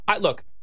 Look